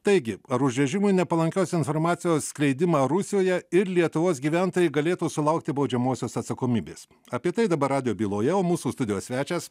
taigi ar už režimui nepalankios informacijos skleidimą rusijoje ir lietuvos gyventojai galėtų sulaukti baudžiamosios atsakomybės apie tai dabar radijo byloje o mūsų studijos svečias